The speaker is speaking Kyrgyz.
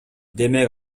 демек